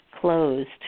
closed